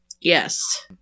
Yes